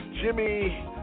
Jimmy